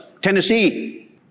Tennessee